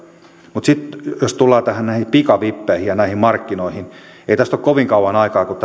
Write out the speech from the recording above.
mutta sitten jos tullaan näihin pikavippeihin ja näihin markkinoihin niin ei tästä ole kovin kauan aikaa kun